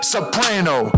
Soprano